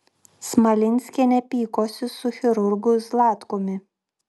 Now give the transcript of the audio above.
smalinskienė pykosi su chirurgu zlatkumi